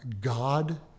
God